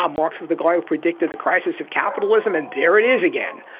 um marx is the guy who predicted the crisis of capitalism and there it is again.